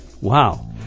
Wow